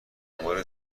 مورد